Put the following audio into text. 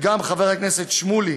חבר הכנסת שמולי,